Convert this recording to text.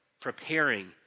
preparing